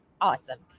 awesome